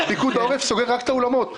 פיקוד העורף סוגר רק את האולמות.